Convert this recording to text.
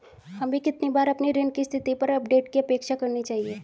हमें कितनी बार अपने ऋण की स्थिति पर अपडेट की अपेक्षा करनी चाहिए?